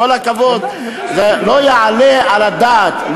עם כל הכבוד, זה לא יעלה על הדעת.